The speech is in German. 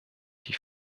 die